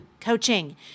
coaching